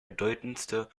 bedeutendste